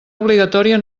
obligatòria